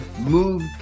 move